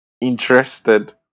interested